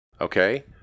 Okay